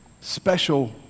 special